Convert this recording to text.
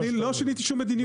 אני לא שיניתי שום מדיניות,